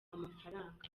amafaranga